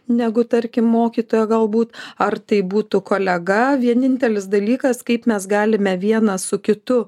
negu tarkim mokytojo galbūt ar tai būtų kolega vienintelis dalykas kaip mes galime vienas su kitu